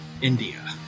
India